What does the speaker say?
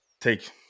take